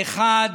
האחד,